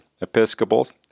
Episcopals